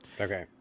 Okay